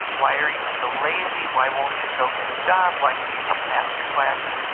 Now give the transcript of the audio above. why are you so lazy, why won't you go get a job, why can't you pass your classes and